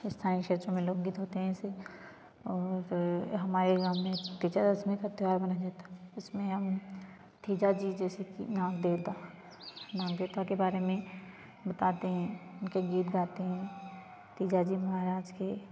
स्थानीय क्षेत्रों में लोक गीत होते हैं ऐसे और हमारे गाँव में विजया दशमी का त्योहार मनाया जाता है उसमें हम तीजाजी जैसे की नाम नाग देवता नाग देवता के बारे में बताते हैं उनके गीत गाते हैं तीजाजी महराज के